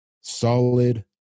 solid